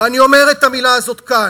ואני אומר את המילה הזאת כאן: